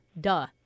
duh